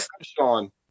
Sean